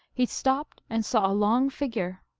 he stopped, and saw a long figure,